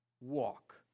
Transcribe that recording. walk